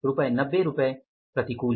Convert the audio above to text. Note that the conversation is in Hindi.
रुपए 90 प्रतिकूल रुपए 90 प्रतिकूल